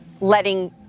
letting